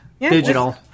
digital